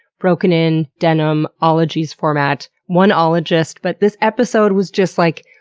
broken-in denim ologies format one ologist. but this episode was just, like,